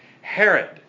Herod